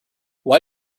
why